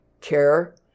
care